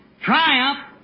triumph